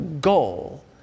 goal